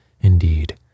Indeed